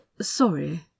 Sorry